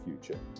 future